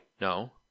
No